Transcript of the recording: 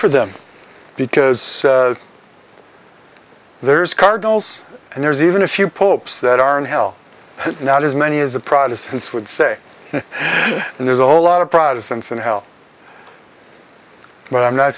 for them because there's cardinals and there's even a few pope's that are in hell not as many as the protestants would say and there's a whole lot of protestants in hell but i'm not